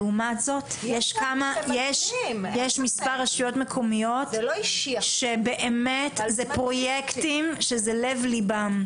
לעומת זאת יש מספר רשויות מקומיות שבאמת פרויקטים שזה לב ליבם,